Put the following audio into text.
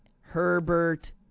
Herbert